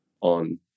on